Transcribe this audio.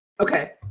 Okay